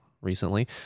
recently